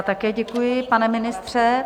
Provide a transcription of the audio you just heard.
Také děkuji, pane ministře.